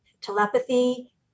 telepathy